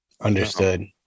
Understood